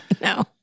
No